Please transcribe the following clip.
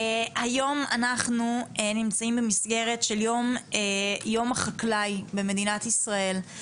היום אנחנו נמצאים במסגרת של יום החקלאי במדינת ישראל.